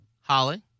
Holly